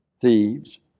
thieves